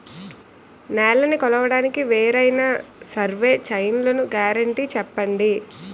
నేలనీ కొలవడానికి వేరైన సర్వే చైన్లు గ్యారంటీ చెప్పండి?